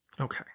Okay